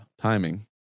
timing